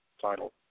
title